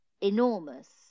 enormous